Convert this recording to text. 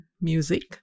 music